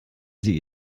sie